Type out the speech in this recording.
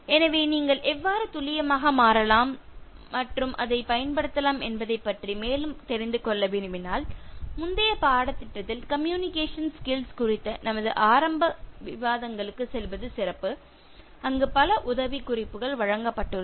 எனவே நீங்கள் எவ்வாறு துல்லியமாக மாறலாம் மற்றும் அதைப் பயன்படுத்தலாம் என்பதைப் பற்றி மேலும் தெரிந்து கொள்ள விரும்பினால் முந்தைய பாடத்திட்டத்தில் கம்யூனிகேஷன் ஸ்கில்ஸ் குறித்த நமது ஆரம்ப விவாதங்களுக்குச் செல்வது சிறப்பு அங்கு பல உதவிக்குறிப்புகள் வழங்கப்பட்டுள்ளன